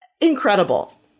Incredible